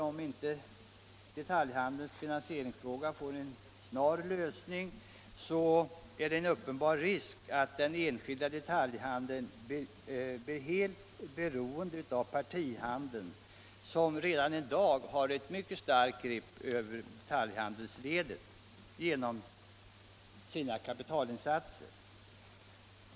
Om inte detaljhandelns finansieringsfråga får en snar lösning är det en uppenbar risk för att den enskilda detaljhandeln blir helt beroende av partihandeln, som redan i dag har ett mycket starkt grepp över detaljhandelsledet genom sina kapitalinsatser.